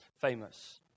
famous